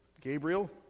Gabriel